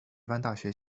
大学